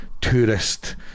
tourist